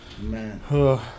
man